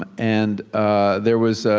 and there was